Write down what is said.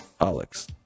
Alex